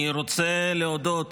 אני רוצה להודות